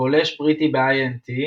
גולש בריטי ב-/INT/,